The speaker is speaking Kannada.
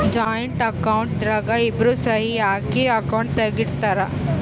ಜಾಯಿಂಟ್ ಅಕೌಂಟ್ ದಾಗ ಇಬ್ರು ಸಹಿ ಹಾಕಿ ಅಕೌಂಟ್ ತೆಗ್ದಿರ್ತರ್